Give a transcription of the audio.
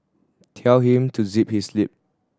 tell him to zip his lip